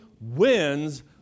wins